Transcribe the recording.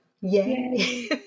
Yay